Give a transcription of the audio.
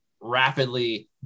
rapidly